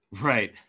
Right